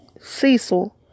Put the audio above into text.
Cecil